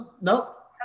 Nope